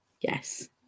Yes